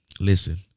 listen